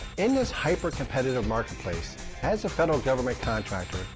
in this hyper competitive marketplace, as a federal government contractor,